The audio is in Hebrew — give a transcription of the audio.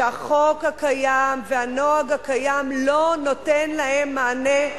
שהחוק הקיים והנוהג הקיים לא נותן להם מענה.